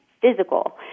physical